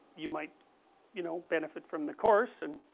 you might you know benefit from the course and